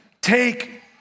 take